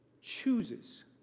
chooses